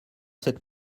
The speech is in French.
cette